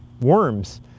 worms